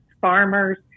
farmers